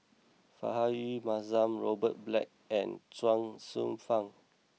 Rahayu Mahzam Robert Black and Chuang Hsueh Fang